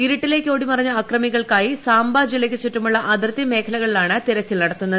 ഇരുട്ടിലേയ്ക്ക് ഓടി മറഞ്ഞ അക്രമികൾക്കായി സാംസ ജില്ലയ്ക്കു ചുറ്റുമുള്ള അതിർത്തി മേഖലകളിലാണ് തിരച്ചിൽ നടത്തുന്നത്